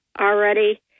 already